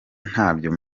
ntabyo